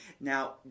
Now